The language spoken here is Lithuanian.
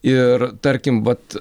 ir tarkim vat